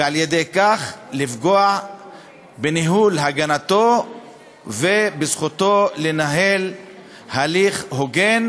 ועל-ידי כך לפגוע בניהול הגנתו ובזכותו לנהל הליך הוגן